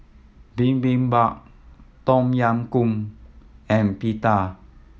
Bibimbap Tom Yam Goong and Pita